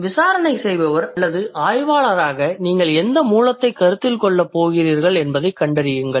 விசாரணை செய்பவர் அல்லது ஆய்வாளராக நீங்கள் எந்த மூலத்தைக் கருத்தில் கொள்ளப் போகிறீர்கள் என்பதைக் கண்டறியுங்கள்